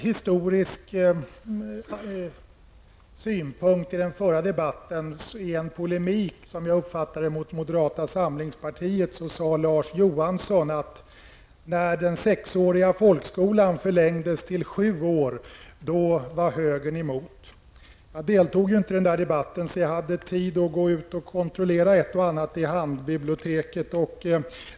I den förra debatten sade Larz Johansson, i polemik mot moderata samlingspartiet, som jag uppfattade det, att högern var emot det beslut som fattades om en förlängning av folkskolan från 6 till 7 år. Jag deltog inte i den debatten, så jag hade tid att gå och kontrollera ett och annat i handbiblioteket.